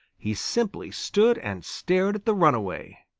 he simply stood and stared at the runaway.